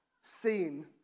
seen